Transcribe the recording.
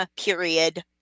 period